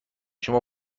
شما